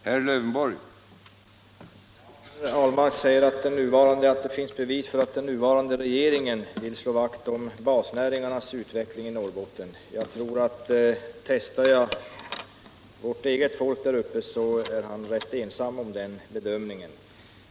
Herr talman! Herr Ahlmark säger att det finns bevis för att den nuvarande regeringen vill slå vakt om basnäringarnas utveckling i Norrbotten, men jag tror liksom de flesta av vårt folk där uppe att han är rätt ensam om den bedömningen.